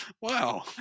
Wow